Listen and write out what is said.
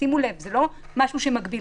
שימו לב, זה לא משהו שמגביל.